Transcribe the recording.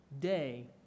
day